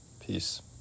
peace